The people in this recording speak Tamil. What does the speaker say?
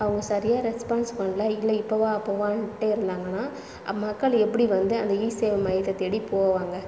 அவங்க சரியாக ரெஸ்பான்ஸ் பண்ணலை இல்லை இப்போ வா அப்போ வானுட்டே இருந்தாங்கன்னால் மக்கள் எப்படி வந்து அந்த இசேவை மையத்தை தேடிப் போவாங்க